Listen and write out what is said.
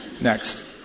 Next